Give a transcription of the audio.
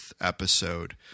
episode